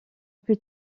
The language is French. plus